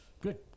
Good